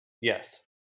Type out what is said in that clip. Yes